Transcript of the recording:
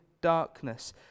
darkness